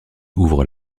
ouvrent